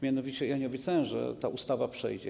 Mianowicie nie obiecałem, że ta ustawa przejdzie.